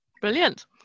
brilliant